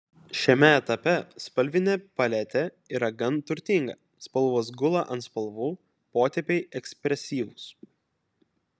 šiame etape spalvinė paletė yra gan turtinga spalvos gula ant spalvų potėpiai ekspresyvūs